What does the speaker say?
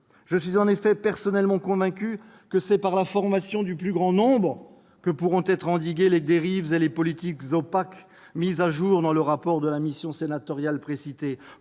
Je suis en effet personnellement convaincu que c'est par la formation du plus grand nombre que pourront être endiguées les dérives et les politiques opaques mises au jour dans le rapport de la mission sénatoriale précitée.